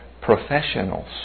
professionals